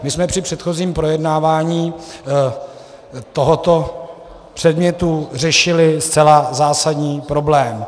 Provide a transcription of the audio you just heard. My jsme při předchozím projednávání tohoto předmětu řešili zcela zásadní problém.